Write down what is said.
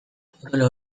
potolo